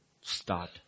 start